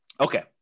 Okay